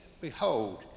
behold